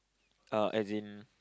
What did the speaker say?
uh as in